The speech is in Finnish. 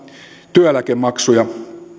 työeläkemaksuja